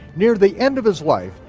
near the end of his life,